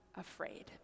afraid